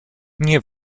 nie